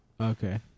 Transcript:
Okay